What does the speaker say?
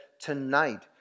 tonight